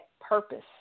purpose